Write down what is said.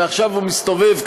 ועכשיו הוא מסתובב,